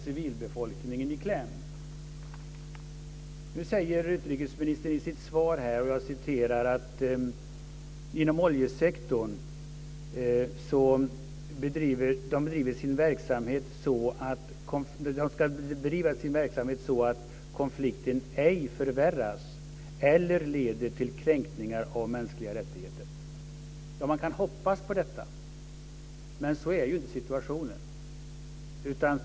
Civilbefolkningen kommer i kläm. Utrikesministern säger i sitt svar att oljesektorn ska bedriva "sin verksamhet så att konflikten ej förvärras eller leder till kränkningar av mänskliga rättigheter". Man kan hoppas på det, men så är inte situationen.